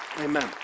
Amen